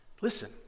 listen